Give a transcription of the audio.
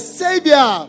savior